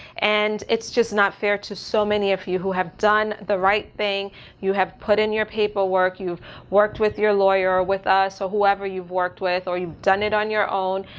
and it's just not fair to so many of you who have done the right thing you have put in your paperwork, you've worked with your lawyer with us. so whoever you've worked with, or you've done it on your own,